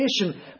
nation